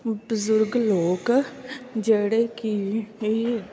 ਬਜ਼ੁਰਗ ਲੋਕ ਜਿਹੜੇ ਕਿ ਇਹ